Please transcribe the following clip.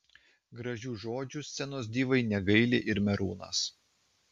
gražių žodžių scenos divai negaili ir merūnas